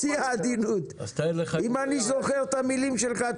אם אני זוכר את המילים שלך,